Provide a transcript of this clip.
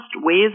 ways